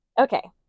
Okay